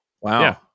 Wow